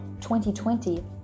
2020